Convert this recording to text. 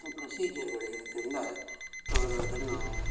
ಪ್ರೊಸೀಜರುಗಳು ಇರುವುದ್ರಿಂದ ಅವರು ಅದನ್ನು